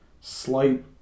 slight